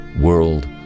world